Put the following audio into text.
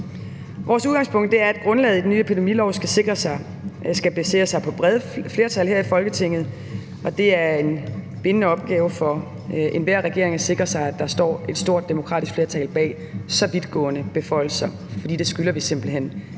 Vores udgangspunkt er, at grundlaget i den nye epidemilov skal basere sig på brede flertal her i Folketinget, og det er en bunden opgave for enhver regering at sikre sig, at der er et stort demokratisk flertal bag så vidtgående beføjelser, for det skylder vi simpelt hen